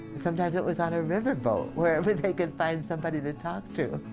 sometimes it was on a riverboat, wherever they could find somebody to talk to,